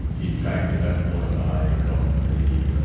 in fact at that point i got pretty